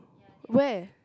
where